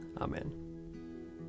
Amen